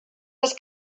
les